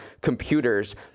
computers